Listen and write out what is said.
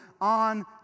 on